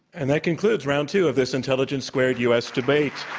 and that concludes round two of this intelligence squared u. s. debate.